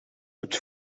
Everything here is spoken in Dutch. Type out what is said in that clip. het